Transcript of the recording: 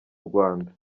rwanda